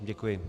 Děkuji.